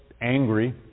angry